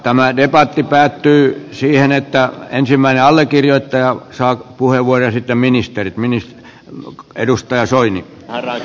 tämä debatti päättyy siihen että ensimmäinen allekirjoittaja saa puheenvuoron ja sitten ministerit mini remun edustaja soini täällä